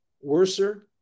worser